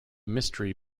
mystery